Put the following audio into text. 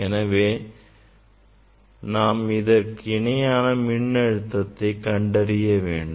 எனவே நாம் இதற்கு இணையான மின்னழுத்தத்தை கண்டறிய வேண்டும்